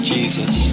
Jesus